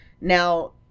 Now